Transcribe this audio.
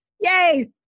Yay